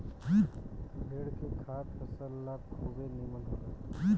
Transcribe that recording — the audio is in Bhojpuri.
भेड़ के खाद फसल ला खुबे निमन होखेला